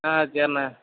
ஆ சேர்ண்ண